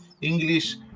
English